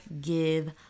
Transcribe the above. give